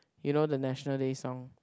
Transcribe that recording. you know the National Day Song